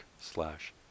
slash